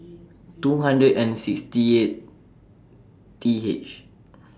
two hundred and sixty eight T H